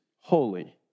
holy